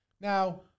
Now